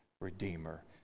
Redeemer